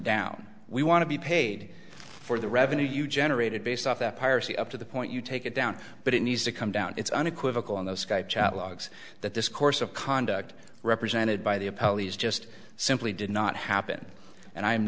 down we want to be paid for the revenue you generated based off that piracy up to the point you take it down but it needs to come down it's unequivocal in those logs that this course of conduct represented by the opposing is just simply did not happen and i'm